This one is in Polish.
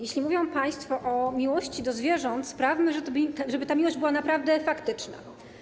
Jeśli mówią państwo o miłości do zwierząt, sprawmy, żeby ta miłość była naprawdę faktyczna.